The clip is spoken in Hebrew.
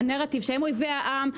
הנרטיב שהם אויבי העם,